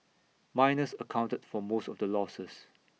miners accounted for most of the losses